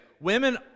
Women